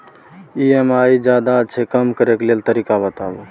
EMI ज्यादा छै कम करै के तरीका बताबू?